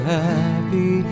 happy